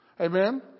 Amen